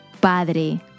Padre